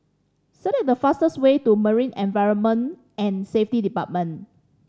select the fastest way to Marine Environment and Safety Department